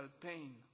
pain